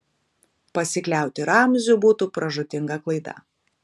pasikliauti ramziu būtų pražūtinga klaida